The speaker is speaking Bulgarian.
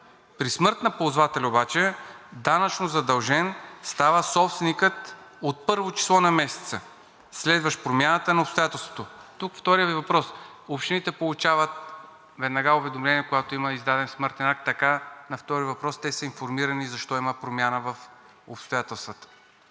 При смърт на ползвателя данъчно задължен става собственикът от първо число на месеца, следващ промяната на обстоятелството. Вторият Ви въпрос. Общините получават веднага уведомление, когато има издаден смъртен акт. Те са информирани защо има промяна в обстоятелствата.